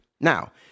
Now